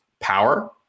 power